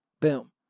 Boom